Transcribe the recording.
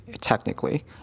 technically